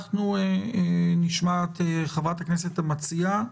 נשמע את חברת הכנסת המציעה,